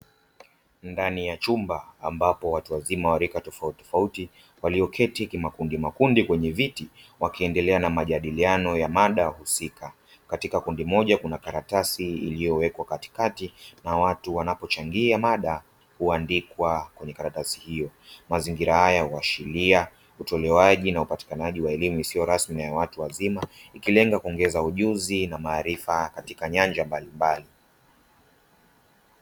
Ndani ya chumba ambapo watu wazima wa rika tofautitofauti walioketi ki-makundimakundi kwenye viti wakiendelea na majadiliano ya mada husika,. Katika kundi moja kuna karatasi iliyowekwa katikati na watu wanapochangia mada huandikwa kwenye karatasi hiyo. Mazingira haya huashiria utolewaji na upatikanaji wa elimu isiyo rasmi na ya watu wazima, ikilenga kuongeza ujuzi na maarifa katika nyanja mbalimbali.